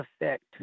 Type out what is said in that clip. effect